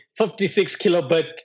56-kilobit